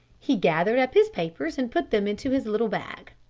he gathered up his papers and put them into his little bag.